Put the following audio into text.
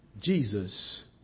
Jesus